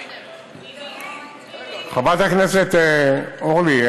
חברת הכנסת אורלי,